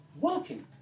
working